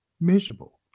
miserable